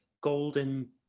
golden